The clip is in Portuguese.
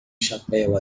chapéu